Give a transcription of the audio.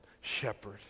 shepherd